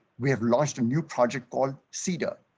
we have launched a new project called cedar,